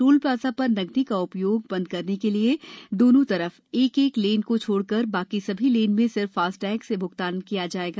toll plaza पर नकदी का उपयोग बंद करने के लिए दोनों तरफ एक एक लेन को छोड़कर बाकी सभी लेन में सिर्फ फास्टैग से भ्गतान लिया जाएगा